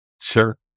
Sure